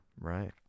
right